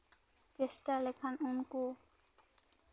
ᱪᱮᱥᱴᱟ ᱞᱮᱠᱷᱟᱱ ᱩᱱᱠᱩ